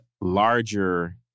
larger